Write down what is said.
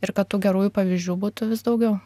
ir kad tų gerųjų pavyzdžių būtų vis daugiau